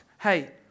hey